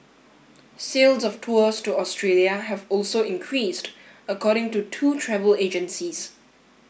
sales of tours to Australia have also increased according to two travel agencies